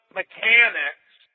mechanics